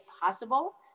possible